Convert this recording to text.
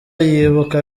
yibuka